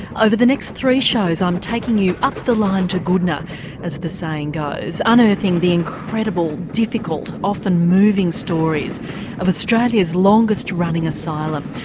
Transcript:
over the next three shows i'm taking you up the line to goodna as the saying goes, unearthing the incredible, difficult, often moving stories of australia's longest running asylum.